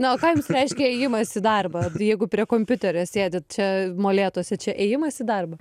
na o ką jums reiškia ėjimas į darbą jeigu prie kompiuterio sėdit čia molėtuose čia ėjimas į darbą